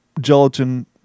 gelatin